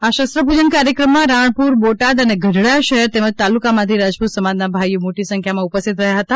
આ શસ્ત્રપુજન કાર્યક્રમમાં રાણપુર બોટાદ અને ગઢડા શહેર તેમજ તાલુકામાંથી રાજપુત સમાજના ભાઈઓ મોટી સંખ્યામા ઉપસ્થિત રહ્યા હતા